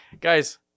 guys